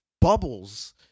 bubbles